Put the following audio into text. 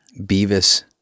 Beavis